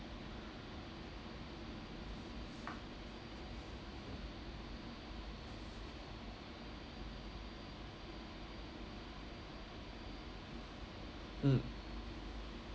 mm